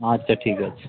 আচ্ছা ঠিক আছে